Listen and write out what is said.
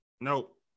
Nope